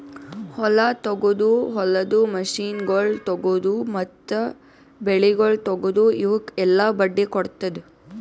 ಹೊಲ ತೊಗೊದು, ಹೊಲದ ಮಷೀನಗೊಳ್ ತೊಗೊದು, ಮತ್ತ ಬೆಳಿಗೊಳ್ ತೊಗೊದು, ಇವುಕ್ ಎಲ್ಲಾ ಬಡ್ಡಿ ಕೊಡ್ತುದ್